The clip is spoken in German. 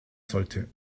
sollte